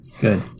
Good